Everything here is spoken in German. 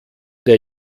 der